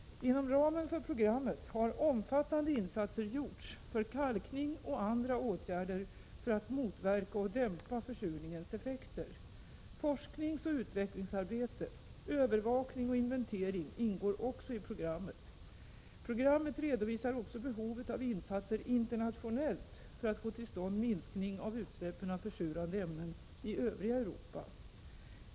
Inom ramen för programmet har omfattande insatser gjorts för kalkning och andra åtgärder för att motverka och dämpa försurningens effekter. Forskningsoch utvecklingsarbete, övervakning och inventering ingår också i programmet. Programmet redovisar också behovet av insatser internationellt för att få till stånd minskning av utsläppen av försurande ämnen i övriga Europa.